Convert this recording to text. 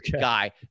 guy